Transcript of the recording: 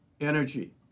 energy